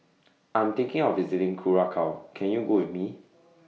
I'm thinking of visiting Curacao Can YOU Go with Me